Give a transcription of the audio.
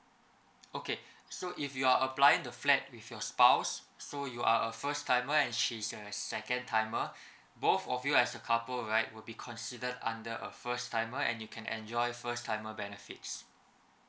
okay so if you are applying the flat with your spouse so you are a first timer and she's a second time uh both of you as a couple right would be considered under a first timer and you can enjoy first timer benefits